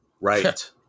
Right